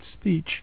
speech